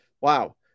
wow